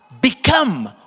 become